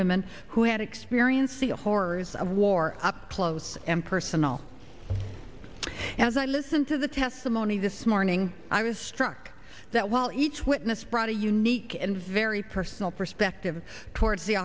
women who had experienced the horrors of war up close and personal as i listened to the testimony this morning i was struck that while each witness brought a unique and very personal perspective towards the